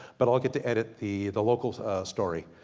but i'll get to edit the the local story,